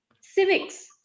civics